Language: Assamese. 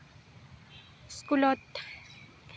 স্কুলত